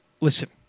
Listen